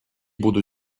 буду